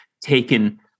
taken